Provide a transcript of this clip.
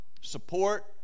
support